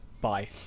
bye